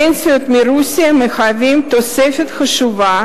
הפנסיות מרוסיה מהוות תוספת חשובה